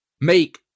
make